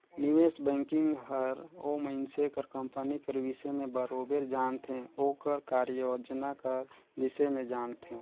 निवेस बैंकिंग हर ओ मइनसे कर कंपनी कर बिसे में बरोबेर जानथे ओकर कारयोजना कर बिसे में जानथे